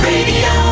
Radio